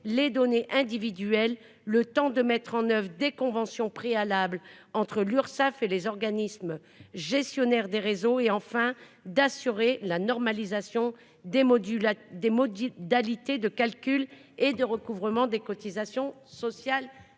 les données individuelles, de mettre en oeuvre des conventions préalables entre l'Urssaf et les organismes gestionnaires des réseaux et enfin d'assurer la normalisation des modalités de calcul et de recouvrement des cotisations sociales